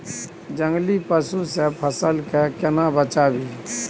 जंगली पसु से फसल के केना बचावी?